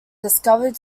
discovered